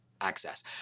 access